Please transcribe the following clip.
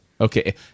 Okay